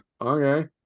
okay